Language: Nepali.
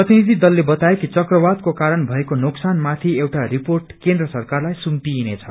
प्रतिनिधि दलले बताए कि चक्रवातको कारण भएको नोकसानमाथि एउटा रिपोट केन्द्र सरकारलाई सुम्पिइने छ